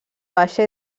baixa